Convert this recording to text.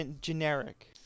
generic